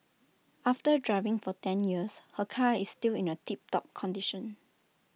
after driving for ten years her car is still in A tip top condition